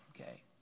Okay